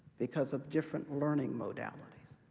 because of different learning modalities,